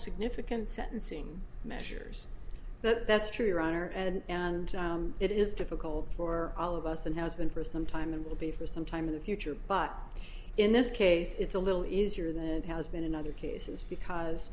significant sentencing measures that's true your honor and it is difficult for all of us and has been for some time and will be for some time in the future but in this case it's a little easier than it has been in other cases because